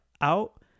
out